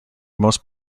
most